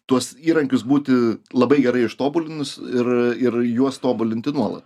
tuos įrankius būti labai gerai ištobulinus ir ir juos tobulinti nuolat